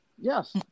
yes